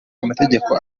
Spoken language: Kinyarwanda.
amategeko